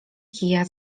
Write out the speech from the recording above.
kija